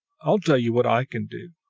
i tell ye what i can do